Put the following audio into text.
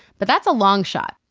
but that's a long shot,